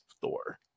thor